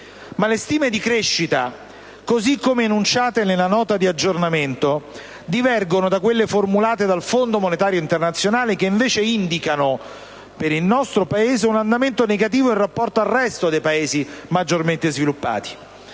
Ma le stime di crescita, così come enunciate nella Nota di aggiornamento, divergono da quelle formulate dal Fondo monetario internazionale, che invece indicano, per il nostro Paese, un andamento negativo in rapporto al resto dei Paesi maggiormente sviluppati.